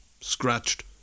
scratched